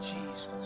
Jesus